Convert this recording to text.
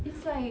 it's like